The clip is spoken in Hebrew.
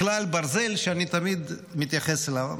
כלל ברזל שאני תמיד מתייחס אליו.